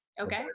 Okay